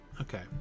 Okay